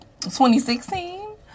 2016